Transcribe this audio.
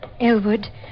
Elwood